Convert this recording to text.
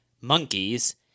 monkeys